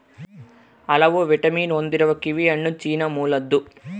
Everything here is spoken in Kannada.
ಹಲವು ವಿಟಮಿನ್ ಹೊಂದಿರುವ ಕಿವಿಹಣ್ಣು ಚೀನಾ ಮೂಲದ್ದು